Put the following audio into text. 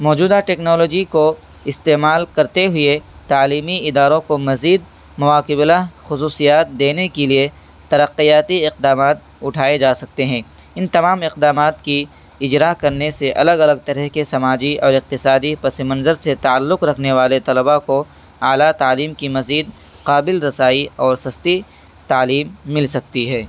موجودہ ٹیکنالوجی کو استعمال کرتے ہوئے تعلیمی اداروں کو مزید مواقبلہ خصوصیات دینے کے لیے ترقیاتی اقدامات اٹھائے جا سکتے ہیں ان تمام اقدامت کی اجرا کرنے سے الگ الگ طرح کے سماجی اور اقتصادی پس منظر سے تعلق رکھنے والے طلباء کو اعلیٰ تعلیم کی مزید قابل رسائی اور سستی تعلیم مل سکتی ہے